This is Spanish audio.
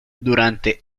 durante